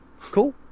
Cool